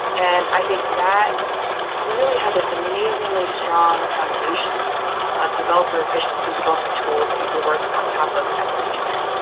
and i think that you really had this amazingly strong foundation of developer efficiency, developer tools that you could work on top of as an engineer.